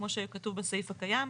כמו שכתוב בסעיף הקיים,